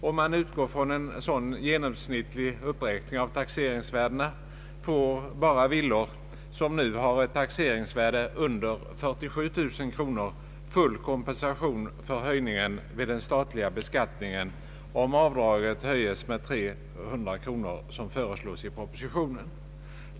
Utgår man från en sådan genomsnittlig uppräkning av taxeringsvärdena får endast villor, som nu har taxeringsvärde under 47 000 kronor, full kompensation för höjningen vid den statliga beskattningen, om avdraget höjs med 300 kronor, som föreslås i propositionen.